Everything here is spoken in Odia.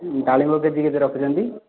ଡାଳିମ୍ବ କେଜି କେତେ ରଖିଛନ୍ତି